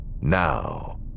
Now